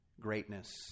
greatness